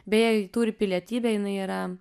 beje ji turi pilietybę jinai yra